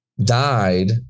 died